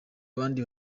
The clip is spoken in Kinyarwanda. abandi